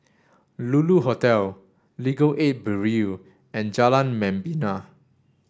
Lulu Hotel Legal Aid Bureau and Jalan Membina